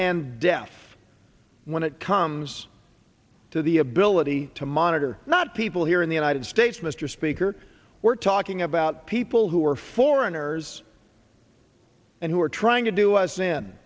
and deaf when it comes to the ability to monitor not people here in the united states mr speaker we're talking about people who are foreigners and who are trying to do us in